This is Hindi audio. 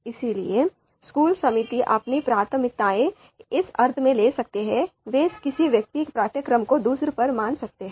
इसलिए स्कूल समिति अपनी प्राथमिकताएं इस अर्थ में ले सकती हैं कि वे किसी विशेष पाठ्यक्रम को दूसरे पर मान सकते हैं